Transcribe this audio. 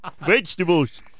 vegetables